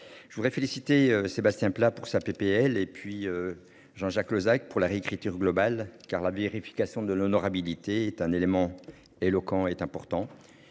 je voudrais féliciter Sébastien Pla pour sa PPL et puis. Jean-Jacques Lozach, pour la réécriture globale car la vérification de l'honorabilité est un élément éloquent est important.